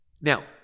Now